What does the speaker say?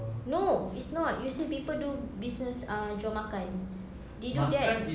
no it's not you see people do business uh jual makan they do that